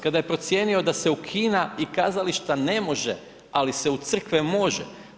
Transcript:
Kada je procijenio da se u kina i kazališta ne može, ali se u crkve može.